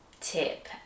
tip